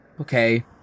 okay